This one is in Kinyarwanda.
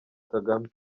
kagame